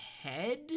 head